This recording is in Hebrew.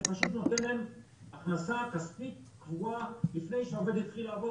זה פשוט נותן להם הכנסה כספית קבועה לפני שהעובד התחיל לעבוד,